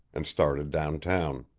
and started downtown.